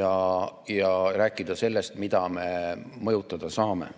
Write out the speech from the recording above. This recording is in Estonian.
ja rääkida sellest, mida me mõjutada saame.